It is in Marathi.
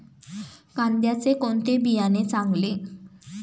कांद्याचे कोणते बियाणे चांगले?